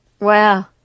Wow